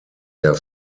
der